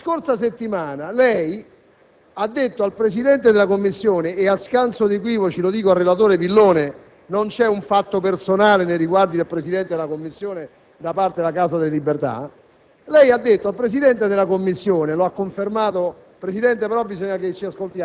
come ha correttamente ricordato il senatore Palma poc'anzi. La scorsa settimana, lei ha detto al Presidente della Commissione - e a scanso di equivoci, lo dico al relatore Villone, non c'è un fatto personale nei riguardi del Presidente della Commissione da parte della Casa delle Libertà